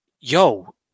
yo